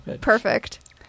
perfect